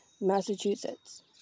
Massachusetts